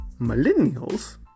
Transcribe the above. millennials